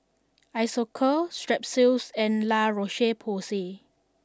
Isocal Strepsils and La Roche Porsay